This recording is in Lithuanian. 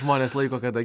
žmonės laiko kada